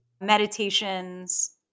meditations